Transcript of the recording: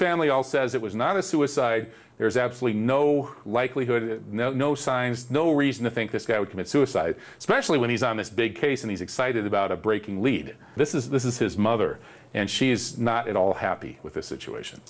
family all says it was not a suicide there's absolutely no likelihood no signs no reason to think this guy would commit suicide especially when he's on this big case and he's excited about a breaking lead this is this is his mother and she's not at all happy with the situation